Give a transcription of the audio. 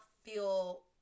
Feel